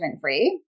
free